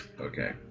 Okay